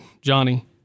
Johnny